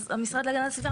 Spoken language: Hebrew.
אז המשרד להגנת הסביבה,